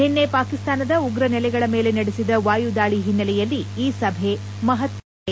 ನಿನ್ನೆ ಪಾಕಿಸ್ತಾನದ ಉಗ್ರ ನೆಲೆಗಳ ಮೇಲೆ ನಡೆಸಿದ ವಾಯುದಾಳಿ ಹಿನ್ನೆಲೆಯಲ್ಲಿ ಈ ಸಭೆ ಮಹತ್ವ ಪಡೆದುಕೊಂಡಿದೆ